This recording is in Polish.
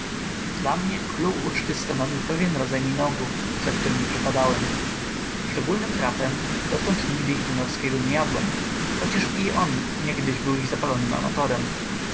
dla mnie clou uczty stanowił pewien rodzaj minogów za którym przepadałem szczególnym trafem dotąd nigdy ich u norskiego nie jadłem chociaż i on niegdyś był ich zapalonym amatorem